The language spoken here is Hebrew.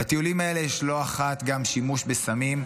בטיולים האלה יש גם לא אחת שימוש בסמים,